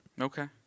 Okay